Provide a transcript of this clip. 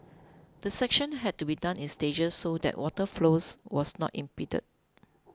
the section had to be done in stages so that water flows was not impeded